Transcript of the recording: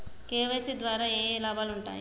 KYC ద్వారా ఏఏ లాభాలు ఉంటాయి?